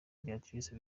beatrice